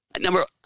number